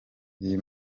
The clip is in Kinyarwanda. iyi